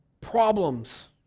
problems